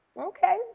okay